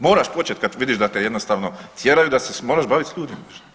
Moraš počet kad vidiš da te jednostavno tjeraju da se moraš bavit s ljudima.